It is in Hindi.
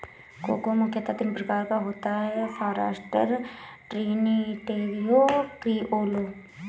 कोको मुख्यतः तीन प्रकार का होता है फारास्टर, ट्रिनिटेरियो, क्रिओलो